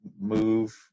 Move